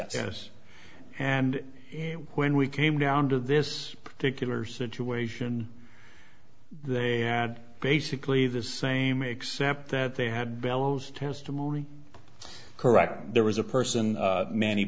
yes and when we came down to this particular situation they add basically the same except that they had bellows testimony correct there was a person many